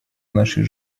нашей